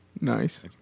Nice